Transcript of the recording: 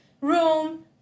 room